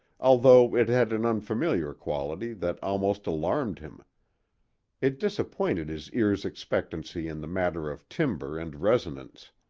although it had an unfamiliar quality that almost alarmed him it disappointed his ear's expectancy in the matter of timbre and resonance.